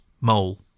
mole